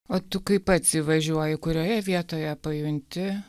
o tu kai pats įvažiuoji kurioje vietoje pajunti